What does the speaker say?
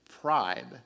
pride